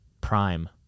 prime